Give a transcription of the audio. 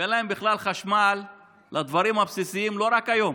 ואין להם בכלל חשמל לדברים הבסיסיים, לא רק היום,